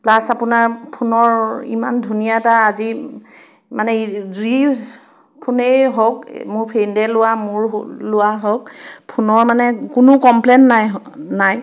plus আপোনাৰ ফোনৰ ইমান ধুনীয়া এটা আজি মানে যি ফোনেই হওক মোৰ ফ্ৰেইণ্ডে লোৱা মোৰ লোৱা হওক ফোনৰ মানে কোনো কমপ্লেইন নাই হো নাই